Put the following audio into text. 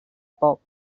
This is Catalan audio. poc